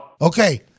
Okay